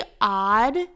odd